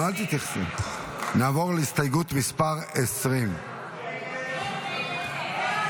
20. נעבור להסתייגות מס' 20. הסתייגות 20 לא